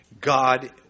God